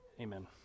Amen